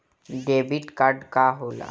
Debit card का होला?